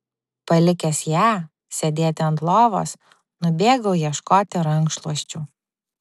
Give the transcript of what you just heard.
palikęs ją sėdėti ant lovos nubėgau ieškoti rankšluosčių